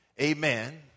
amen